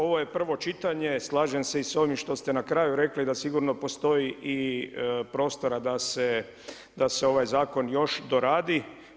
Ovo je prvo čitanje, slažem se i sa onim što ste na kraju rekli da sigurno postoji i prostora da se ovaj zakon još doradi.